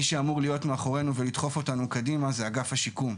מי שאמור להיות מאחורינו ולדחוף אותנו קדימה הוא אגף השיקום.